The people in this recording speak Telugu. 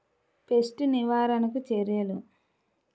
పెస్ట్ నివారణకు చర్యలు?